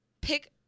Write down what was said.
pick